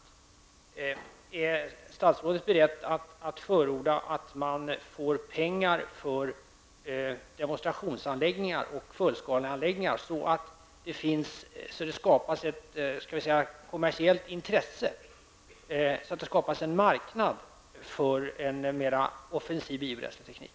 Är statsrådet beredd att förorda att medel anslås för demonstrations och fullskaleanläggningar, så att det skapas ett kommersiellt intresse, en marknad för en mera offensiv biobränsleteknik?